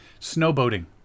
Snowboating